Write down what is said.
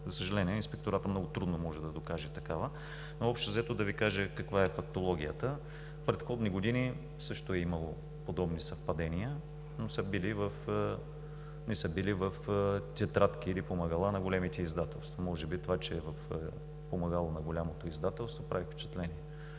За съжаление, Инспекторатът много трудно може да докаже такава. Общо взето да Ви кажа каква е фактологията. В предходни години също е имало подобни съвпадения, но не са били в тетрадки или помагала на големите издателства. Може би това, че е в помагало на голямо издателство в по-голяма